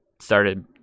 started